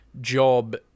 job